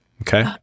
Okay